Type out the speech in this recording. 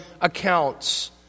accounts